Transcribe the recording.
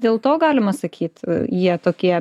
dėl to galima sakyt jie tokie